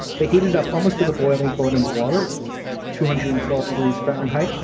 they heat it up almost to the boiling point of water, which is two hundred and twelve degrees fahrenheit.